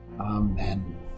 Amen